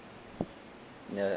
ya